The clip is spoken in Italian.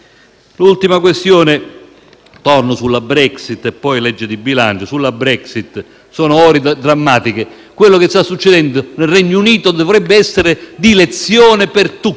ultimo, torno sulla Brexit e sulla legge di bilancio. Sulla Brexit sono ore drammatiche: quello che sta succedendo nel Regno Unito dovrebbe essere di lezione per tutti